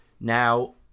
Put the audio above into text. Now